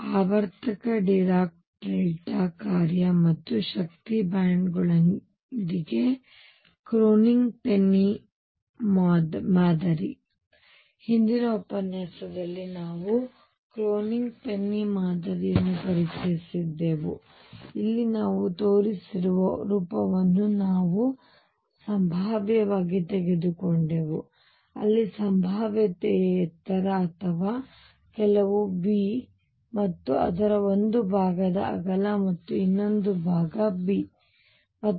ಆವರ್ತಕ Dirac delta ಕಾರ್ಯ ಮತ್ತು ಶಕ್ತಿ ಬ್ಯಾಂಡ್ಗಳೊಂದಿಗೆ ಕ್ರೋನಿಂಗ್ ಪೆನ್ನಿ ಮಾದರಿ ಹಿಂದಿನ ಉಪನ್ಯಾಸದಲ್ಲಿ ನಾನು ಕ್ರೋನಿಗ್ ಪೆನ್ನಿ ಮಾದರಿಯನ್ನು ಪರಿಚಯಿಸಿದ್ದೆವು ಇಲ್ಲಿ ನಾವು ತೋರಿಸಿರುವ ರೂಪವನ್ನು ನಾವು ಸಂಭಾವ್ಯವಾಗಿ ತೆಗೆದುಕೊಂಡೆವು ಅಲ್ಲಿ ಸಂಭಾವ್ಯತೆಯ ಎತ್ತರ ಅಥವಾ ಕೆಲವು V ಮತ್ತು ಅದರ ಒಂದು ಭಾಗದ ಅಗಲ ಮತ್ತು ಇನ್ನೊಂದು ಭಾಗ B